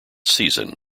season